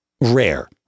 Rare